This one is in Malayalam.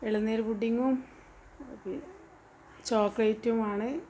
ഇളനീർ പുഡിങ്ങും ചോക്കളേറ്റുമാണ്